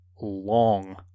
long